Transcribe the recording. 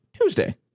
Tuesday